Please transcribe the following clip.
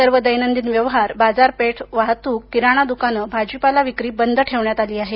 सर्व दैनंदिन व्यवहार बाजारपेठ वाहतूक किराणा द्काने भाजीपाला विक्री बंद ठेवण्यात आली आहे